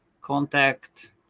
contact